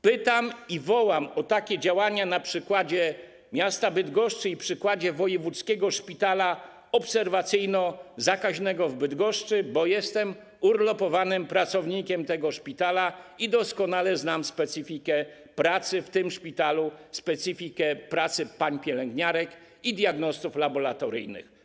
Pytam i wołam o takie działania na przykładzie miasta Bydgoszcz i Wojewódzkiego Szpitala Obserwacyjno-Zakaźnego w Bydgoszczy, bo jestem urlopowanym pracownikiem tego szpitala i doskonale znam specyfikę pracy w tym szpitalu, specyfikę pracy pań pielęgniarek i diagnostów laboratoryjnych.